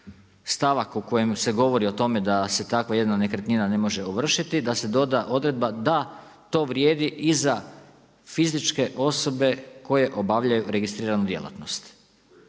stavak u kojem se govori o tome da se takva jedna nekretnina ne može ovršiti, da se doda odredba da to vrijedi i za fizičke osobe koje obavljaju registriranu djelatnost.